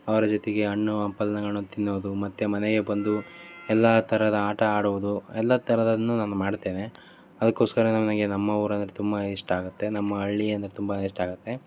ಅವರ ಜೊತೆಗೆ ಹಣ್ಣು ಹಂಪಲ್ನುಗಳ್ನು ತಿನ್ನೋದು ಮತ್ತೆ ಮನೆಗೆ ಬಂದು ಎಲ್ಲ ಥರದ ಆಟ ಆಡುವುದು ಎಲ್ಲ ಥರದ್ದನ್ನು ನಾನು ಮಾಡ್ತೇನೆ ಅದಕ್ಕೋಸ್ಕರ ನನಗೆ ನಮ್ಮ ಊರು ಅಂದರೆ ತುಂಬ ಇಷ್ಟ ಆಗುತ್ತೆ ನಮ್ಮ ಹಳ್ಳಿ ಅಂದರೆ ತುಂಬ ಇಷ್ಟ ಆಗುತ್ತೆ